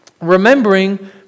remembering